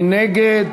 מי נגד?